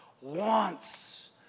wants